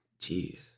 Jeez